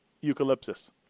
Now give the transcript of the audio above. eucalyptus